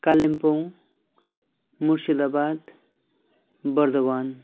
Kalimpong Murshidabad Burdwan